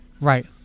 Right